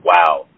wow